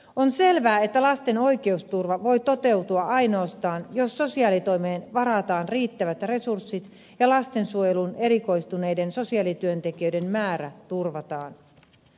on selvää että lasten oikeusturva voi toteutua ainoastaan jos sosiaalitoimeen varataan riittävät resurssit ja lastensuojeluun erikoistuneiden sosiaalityöntekijöiden määrä turvataan